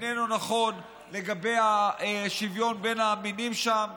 לא נכון לגבי השוויון בין המינים שם,